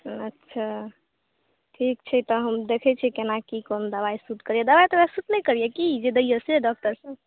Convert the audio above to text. अच्छा ठीक छै तऽ हम देखय छी केना की कोन दबाइ सूट करइए दबाइ तबाइ सूट नहि करइए की जे दइए से डॉक्टर सब